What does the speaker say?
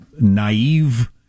naive